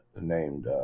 named